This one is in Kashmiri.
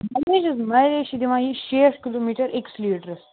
حظ مایلیج چھِ دِوان یہِ شیٹھ کِلوٗ میٖٹَر أکِس لیٖٹرَس